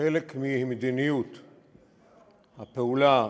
חלק ממדיניות הפעולה,